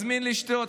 תזמין לשתות,